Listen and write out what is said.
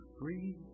free